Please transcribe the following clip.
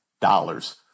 dollars